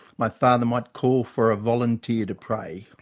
my father might call for a volunteer to pray.